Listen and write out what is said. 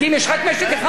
לא,